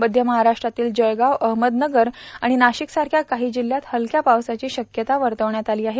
मध्य महाराष्ट्रातील जळगाव अहमदनगर आणि नाशिकसारख्या काही जिल्ह्यांत हलक्या पावसाची शक्यता वर्तविण्यात आली आहे